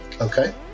Okay